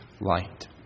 light